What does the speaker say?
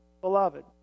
Beloved